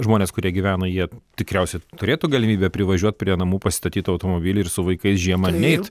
žmonės kurie gyvena jie tikriausiai turėtų galimybę privažiuot prie namų pasistatyt automobilį ir su vaikais žiemą neit